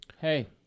Hey